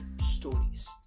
stories